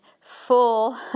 full